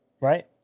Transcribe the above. Right